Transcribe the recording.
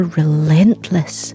relentless